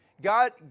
God